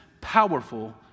powerful